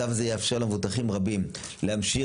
צו זה יאפשר למבוטחים רבים להמשיך